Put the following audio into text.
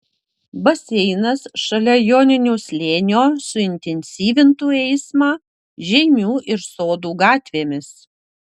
baseinas šalia joninių slėnio suintensyvintų eismą žeimių ir sodų gatvėmis